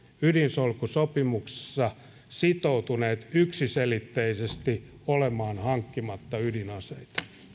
ydinsulkusopimuksessa sitoutuneet yksiselitteisesti olemaan hankkimatta ydinaseita